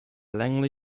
langley